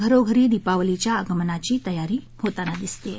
घरोघरी दीपावलीच्या आगमनाची तयारी होताना दिसते आहे